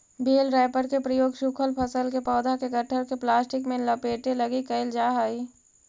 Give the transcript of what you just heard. बेल wrapper के प्रयोग सूखल फसल के पौधा के गट्ठर के प्लास्टिक में लपेटे लगी कईल जा हई